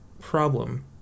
problem